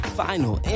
final